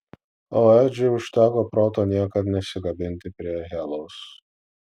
o edžiui užteko proto niekad nesikabinti prie helos